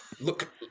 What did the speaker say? Look